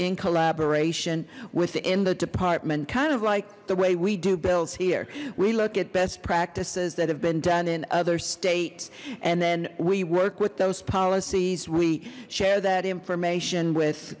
in collaboration within the department kind of like the way we do bills here we look at best practices that have been done in other states and then we work with those policies we share that information with